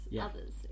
others